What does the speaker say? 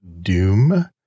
Doom